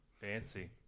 Fancy